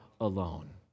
alone